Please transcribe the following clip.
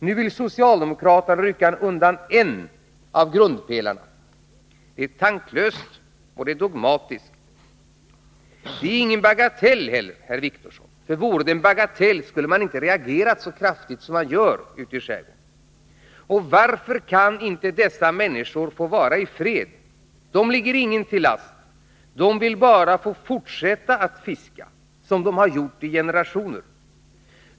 Nu vi!l socialdemokraterna rycka undan en av grundpelarna för skärgårdsfolkets existens. Det är tanklöst och dogmatiskt. Det är inte heller någon bagatell, Åke Wictorsson. Vore det en bagatell, skulle man inte ha reagerat så kraftigt som man gör ute i skärgården. Varför kan inte dessa människor få vara i fred. De ligger ingen till last. De vill bara få fortsätta att fiska som de har gjort i generationer.